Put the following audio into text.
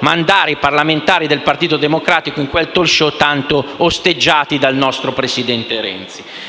mandare i parlamentari del Partito Democratico in quei *talk show* tanto osteggiati dal nostro presidente Renzi.